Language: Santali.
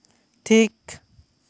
ᱴᱷᱤᱠ